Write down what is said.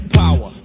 power